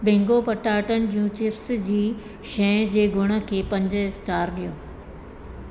Bingo पटाटनि जूं चिप्सूं जी शइ जे गुण खे पंज स्टार ॾियो